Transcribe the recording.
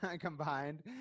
combined